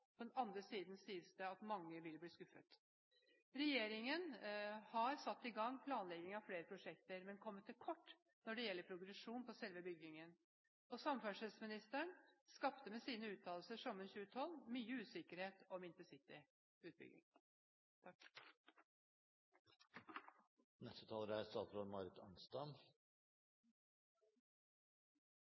På den andre siden sies det at mange vil bli skuffet. Regjeringen har satt i gang planlegging av flere prosjekter, men har kommet til kort når det gjelder progresjonen i selve byggingen. Samferdselsministeren skapte med sine uttalelser sommeren 2012 mye usikkerhet om intercityutbyggingen. La meg først få lov til å slå fast at jernbanen er